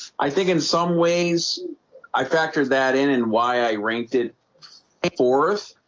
i think in some ways i factored that in and why i ranked it it fourth